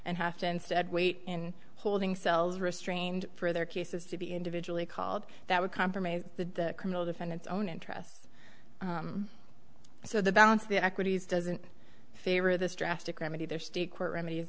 and have to instead wait in holding cells restrained for their cases to be individually called that would compromise the criminal defendants own interests so the balance of the equities doesn't favor this drastic remedy their state court remedies